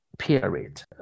period